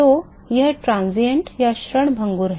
तो वह क्षणभंगुर है